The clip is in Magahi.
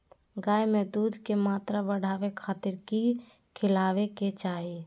गाय में दूध के मात्रा बढ़ावे खातिर कि खिलावे के चाही?